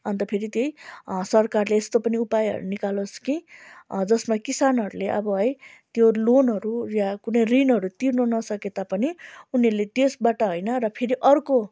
अन्त फेरि त्यही सरकारले यस्तो पनि उपायहरू निकालोस् कि जसमा किसानहरूले अब है त्यो लोनहरू या कुनै ऋणहरू तिर्नु नसके तापनि उनीहरूले त्यसबाट होइन र फेरि अर्को